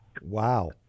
Wow